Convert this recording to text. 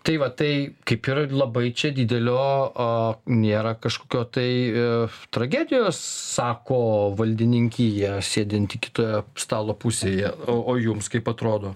tai va tai kaip ir labai čia didelio nėra kažkokio tai tragedijos sako valdininkija sėdinti kitoje stalo pusėje o jums kaip atrodo